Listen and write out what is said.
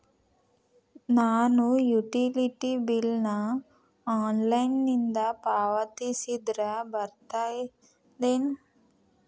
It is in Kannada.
ನಾನು ಯುಟಿಲಿಟಿ ಬಿಲ್ ನ ಆನ್ಲೈನಿಂದ ಪಾವತಿಸಿದ್ರ ಬರ್ತದೇನು?